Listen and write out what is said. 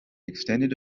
extended